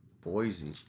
Boise